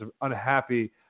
unhappy